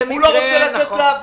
זה מקרה --- הוא לא רוצה לצאת לעבוד.